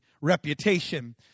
reputation